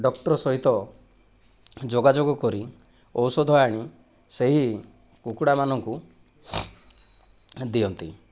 doctor ସହିତ ଯୋଗାଯୋଗ କରି ଔଷଧ ଆଣି ସେହି କୁକୁଡ଼ା ମାନଙ୍କୁ ଦିଅନ୍ତି